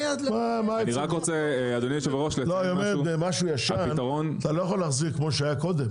היא אומרת משהו ישן אתה לא יכול להחזיר כמו שהיה קודם.